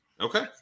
Okay